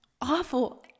awful